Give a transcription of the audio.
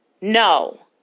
No